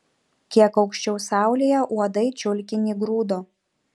kiek aukščiau saulėje uodai čiulkinį grūdo